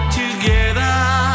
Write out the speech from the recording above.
together